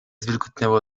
zwilgotniałe